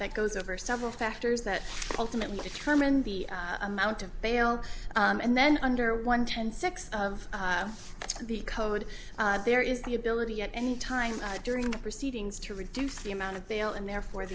that goes over several factors that ultimately determine the amount of bail and then under one ten six of the code there is the ability at any time during the proceedings to reduce the amount of bail and therefore